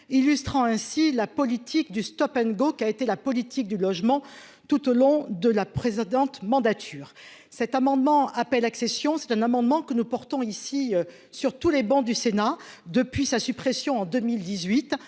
illustrant ainsi la politique du Stop and Go, qui a été la politique du logement tout au long de la précédente mandature, cet amendement appel accession c'est un amendement que nous portons ici sur tous les bancs du Sénat depuis sa suppression en 2018